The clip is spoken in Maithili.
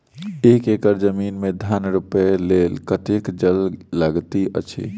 एक एकड़ जमीन मे धान रोपय लेल कतेक जल लागति अछि?